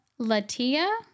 Latia